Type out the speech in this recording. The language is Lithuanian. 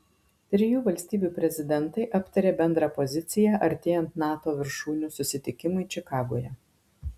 trijų valstybių prezidentai aptarė bendrą poziciją artėjant nato viršūnių susitikimui čikagoje